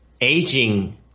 aging